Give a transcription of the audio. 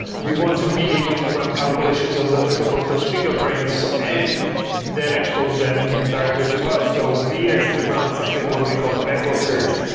we want to be able to run calculations on top of those finger prints and then expose them directly to us so we actually run something what we call a backlog search.